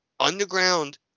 underground